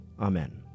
Amen